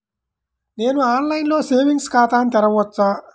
నేను ఆన్లైన్లో సేవింగ్స్ ఖాతాను తెరవవచ్చా?